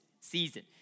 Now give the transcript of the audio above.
season